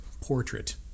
portrait